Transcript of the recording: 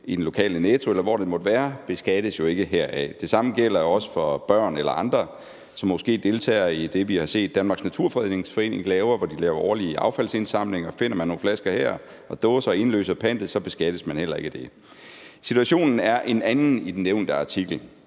i den lokale Netto, eller hvor det måtte være, jo ikke beskattes heraf. Det samme gælder også for børn eller andre, som måske deltager i det, vi har set Danmarks Naturfredningsforening lave, hvor de laver årlige affaldsindsamlinger. Finder man nogle flasker eller dåser her og indløser pantet, beskattes man heller ikke af det. Situationen er en anden i den nævnte artikel.